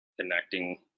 connecting